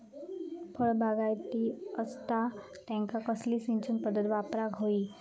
फळबागायती असता त्यांका कसली सिंचन पदधत वापराक होई?